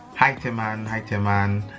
hi tomorrow night a man